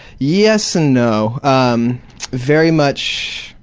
yes and no. um very much